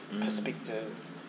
Perspective